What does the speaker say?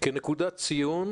כנקודת ציון,